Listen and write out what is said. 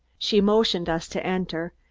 she motioned us to enter,